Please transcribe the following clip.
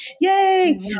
Yay